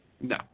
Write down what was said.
No